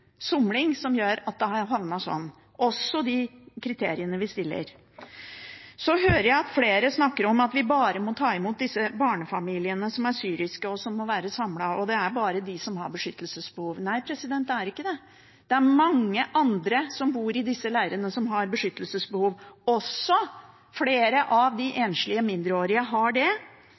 somling som har gjort at det er blitt sånn, sammen med de kriteriene som er fastsatt. Jeg hører flere snakker om at vi bare må ta imot disse barnefamiliene som er syriske og som må være samlet, og at det bare er dem som har beskyttelsesbehov. Nei, det er ikke det – det er mange andre som bor i disse leirene, som har beskyttelsesbehov. Også flere av de enslige mindreårige har det.